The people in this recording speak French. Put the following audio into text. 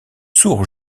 sourds